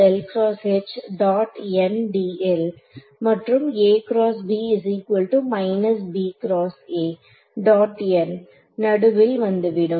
n நடுவில் வந்துவிடும்